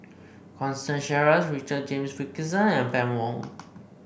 Constance Sheares Richard James Wilkinson and Fann Wong